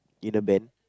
in a band